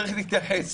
צריך להתייחס